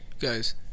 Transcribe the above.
guys